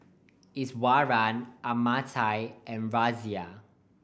Iswaran Amartya and Razia